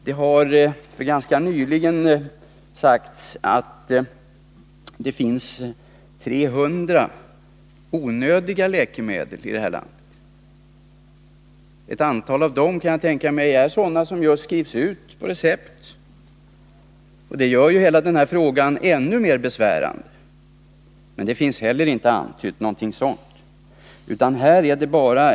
Det har ganska nyligen sagts att det finns 300 onödiga läkemedel i vårt land. Jag kan tänka mig att ett antal av dem är sådana som skrivs ut på recept, och det gör i så fall hela denna fråga ännu mera besvärande. Men det finns inte antytt heller något om den sidan av saken i svaret.